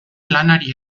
lanari